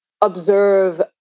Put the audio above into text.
observe